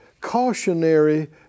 cautionary